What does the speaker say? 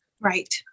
Right